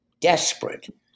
desperate